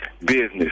business